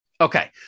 Okay